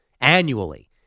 annually